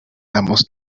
damos